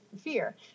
fear